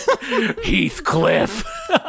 Heathcliff